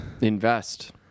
Invest